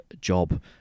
job